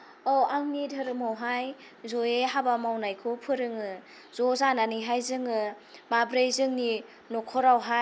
औ आंनि धोरोमावहाय जयै हाबा मावनायखौ फोरोङो ज' जानानैहाय जोङो माब्रै जोंनि नखरावहाय